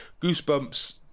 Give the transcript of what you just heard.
goosebumps